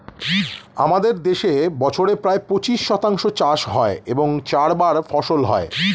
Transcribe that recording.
আমাদের দেশে বছরে প্রায় পঁচিশ শতাংশ চাষ হয় এবং চারবার ফসল হয়